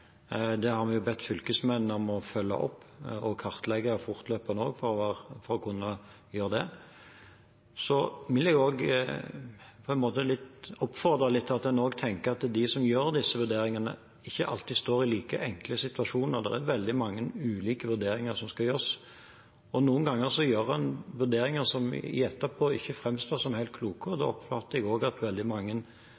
har vi bedt fylkesmennene om å følge opp og kartlegge fortløpende – slik at vi kan vurdere det. Så vil jeg oppfordre litt til at man også tenker på at de som gjør disse vurderingene, ikke alltid står i like enkle situasjoner. Det er veldig mange ulike vurderinger som skal gjøres. Noen ganger gjør man vurderinger som etterpå ikke framstår som helt kloke, og da oppfatter jeg også at veldig mange revurderer det.